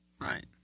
right